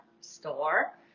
store